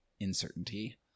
uncertainty